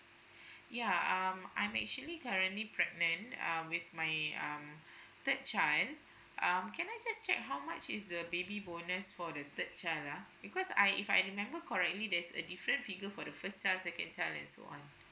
yeah um I'm actually currently pregnant uh with my um third child um can I just check how much is the baby bonus for the third child ah because I if I remember correctly there's a different figure for the first child second child and so on